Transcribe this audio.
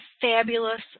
fabulous